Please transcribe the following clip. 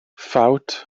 ffawt